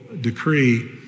decree